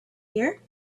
here